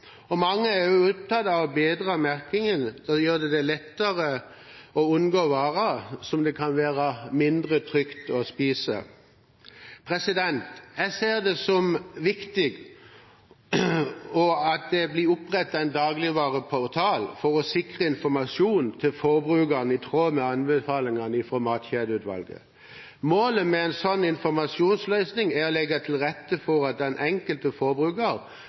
Mange er opptatt av å bedre merkingen for å gjøre det lettere å unngå varer som det kan være mindre trygt å spise. Jeg ser det som viktig at det blir opprettet en dagligvareportal for å sikre informasjon til forbrukerne, i tråd med anbefalingene fra Matkjedeutvalget. Målet med en sånn informasjonsløsning er å legge til rette for at den enkelte forbruker